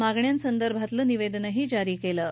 मागण्यासंदर्भातलं निवेदनही जारी केलं आहे